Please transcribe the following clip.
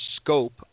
scope